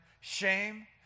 shame